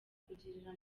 kugirira